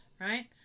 right